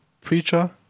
preacher